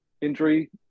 injury